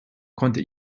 konnte